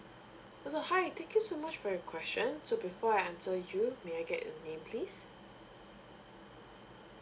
oh so hi thank you so much for your question so before I answer you may I get your name please